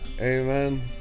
Amen